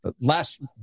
last